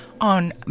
on